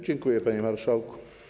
Dziękuję, panie marszałku.